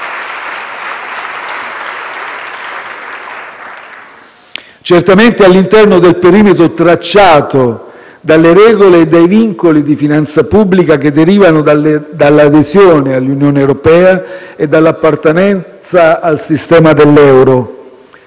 all'interno del perimetro tracciato dalle regole e dai vincoli di finanza pubblica che derivano dall'adesione all'Unione europea e dall'appartenenza al sistema dell'euro.